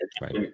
right